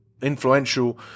influential